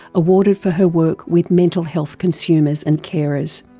awarded for her work with mental health consumers and carers.